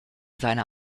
seiner